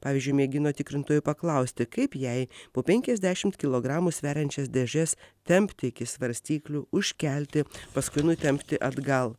pavyzdžiui mėgino tikrintojų paklausti kaip jai po penkiasdeišmt kilogramų sveriančias dėžes tempti iki svarstyklių užkelti paskui nutempti atgal